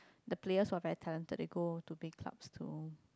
the players who are very talented they go to big clubs to